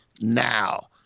now